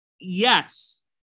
Yes